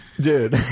Dude